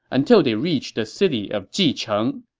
until they reached the city of jicheng.